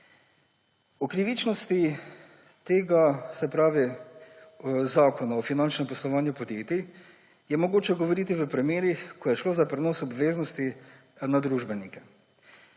O krivičnosti Zakona o finančnem poslovanju podjetij je mogoče govoriti v primerih, ko je šlo za prenos obveznosti na družbenike,